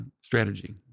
strategy